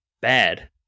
bad